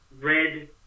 red